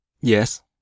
Yes